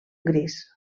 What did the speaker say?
gris